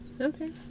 Okay